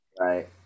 Right